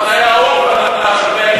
גבעת-האולפנה,